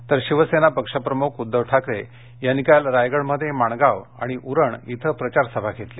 तर शिवसेना पक्षप्रमुख उद्दव ठाकरे यांनी काल रायगडमध्ये माणगाव आणि उरण इथं प्रचार सभा घेतली